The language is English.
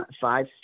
five